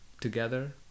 together